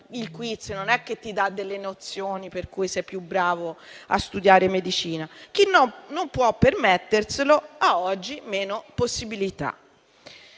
il *quiz* non dà delle nozioni per cui si è più bravi a studiare medicina). Chi non può permetterselo, ha oggi meno possibilità.